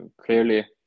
Clearly